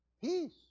peace